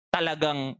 Talagang